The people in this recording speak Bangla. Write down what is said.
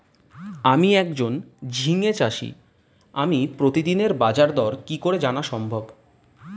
আমি একজন ঝিঙে চাষী আমি প্রতিদিনের বাজারদর কি করে জানা সম্ভব?